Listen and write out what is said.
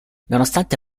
nonostante